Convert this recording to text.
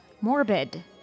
morbid